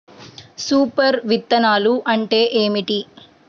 Super విత్తనాలు అంటే ఏమిటి?